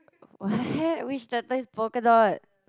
what which turtle is polka dot